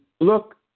look